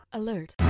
alert